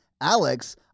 Alex